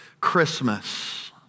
Christmas